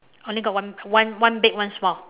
only got one one one big one small